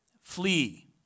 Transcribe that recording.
Flee